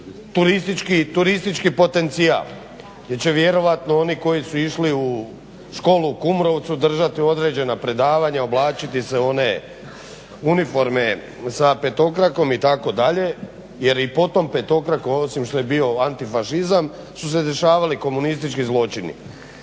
turistički potencijal gdje će vjerojatno oni koji su išli u školu u Kumrovcu držati određena predavanja, oblačiti se u one uniforme sa petokrakom itd. jer i po tom petokraku osim što je bio antifašizam su se dešavali komunistički zločini.